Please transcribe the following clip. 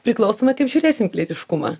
priklausomai kaip žiūrėsim pilietiškumą